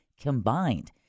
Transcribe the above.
combined